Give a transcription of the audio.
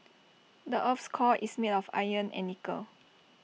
the Earth's core is made of iron and nickel